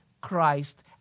Christ